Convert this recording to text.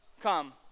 come